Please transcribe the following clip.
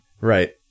Right